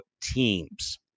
teams